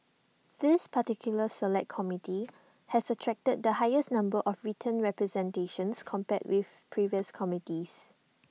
this particular Select Committee has attracted the highest number of written representations compared with previous committees